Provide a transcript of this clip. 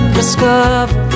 discover